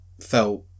felt